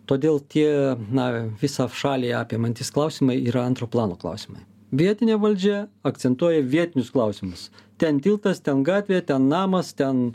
todėl tie na visą šalį apimantys klausimai yra antro plano klausimai vietinė valdžia akcentuoja vietinius klausimus ten tiltas ten gatvė ten namas ten